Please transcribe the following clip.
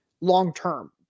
long-term